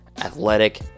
athletic